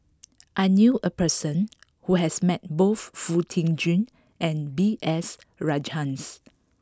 I knew a person who has met both Foo Tee Jun and B S Rajhans